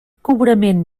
cobrament